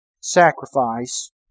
sacrifice